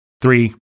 three